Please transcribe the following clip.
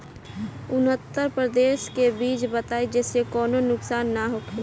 उन्नत प्रभेद के बीज बताई जेसे कौनो नुकसान न होखे?